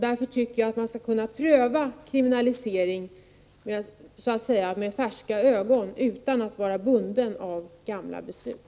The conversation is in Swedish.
Därför tycker jag att man skulle kunna pröva frågan om en kriminalisering med låt mig säga friska ögon utan att vara bunden av gamla beslut.